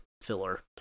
filler